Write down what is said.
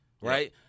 right